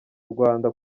rwanda